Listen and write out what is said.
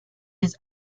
his